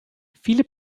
viele